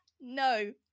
No